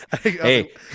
Hey